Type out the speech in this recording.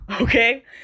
okay